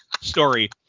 story